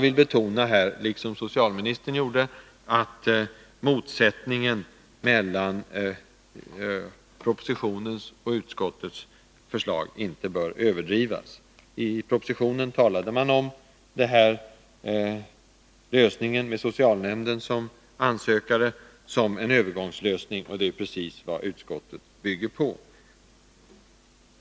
Liksom socialministern gjorde vill jag betona att motsättningen mellan propositionens förslag och utskottets inte bör överdrivas. I propositionen talade man om att lösningen med socialnämnden som ansökare skulle ses som en övergångslösning, och det är vad utskottet har tagit fasta på.